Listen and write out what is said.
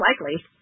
likely